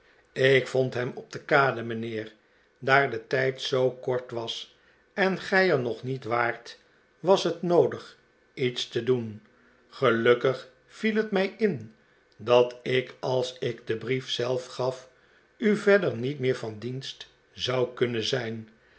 ik vond hem op de kade mijnheer daar de tijd zoo kort was en gij er nog niet waart was het noodig iets te doen gelukkig viel het mij in dat ik als ik den brief zelf gaf u verder niet meer van dienst zou kunnen zijn